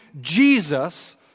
Jesus